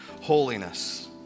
holiness